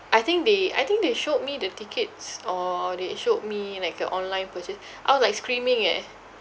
I think they I think they showed me the tickets or they showed me like a online purchase I was like screaming eh